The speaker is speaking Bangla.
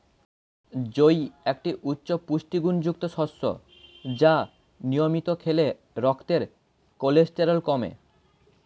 জই একটি উচ্চ পুষ্টিগুণযুক্ত শস্য যা নিয়মিত খেলে রক্তের কোলেস্টেরল কমে